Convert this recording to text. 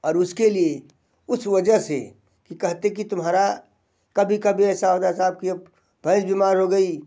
और उसके लिए उस वजह से कि कहते कि तुम्हारा कभी कभी ऐसा होता साहब कि अब भैंस बीमार हो गई